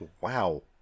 Wow